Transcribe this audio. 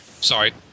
Sorry